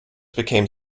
became